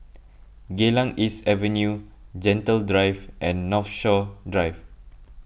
Geylang East Avenue Gentle Drive and Northshore Drive